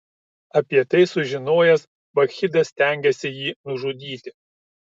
apie tai sužinojęs bakchidas stengėsi jį nužudyti